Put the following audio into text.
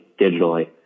digitally